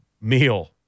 meal